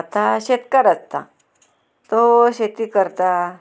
आतां शेतकार आसता तो शेती करता